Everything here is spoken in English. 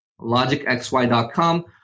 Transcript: logicxy.com